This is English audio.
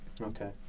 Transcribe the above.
Okay